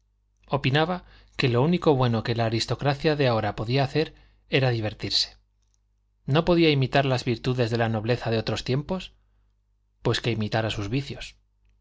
opinaba que lo único bueno que la aristocracia de ahora podía hacer era divertirse no podía imitar las virtudes de la nobleza de otros tiempos pues que imitara sus vicios